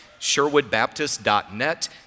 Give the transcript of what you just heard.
sherwoodbaptist.net